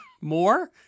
More